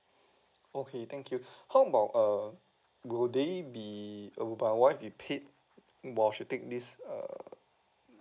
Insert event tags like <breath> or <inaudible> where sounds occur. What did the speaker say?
okay thank you <breath> how about err will they be uh will my wife be paid while she take this err